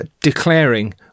declaring